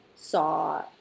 Saw